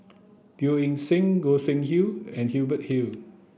Teo Eng Seng Goi Seng Hui and Hubert Hill